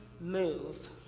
move